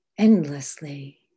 Endlessly